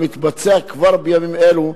המתבצע כבר בימים אלו.